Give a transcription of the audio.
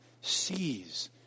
sees